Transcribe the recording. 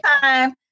time